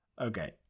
Okay